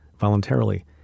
voluntarily